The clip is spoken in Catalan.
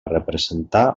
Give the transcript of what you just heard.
representar